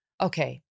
Okay